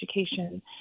education